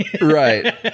Right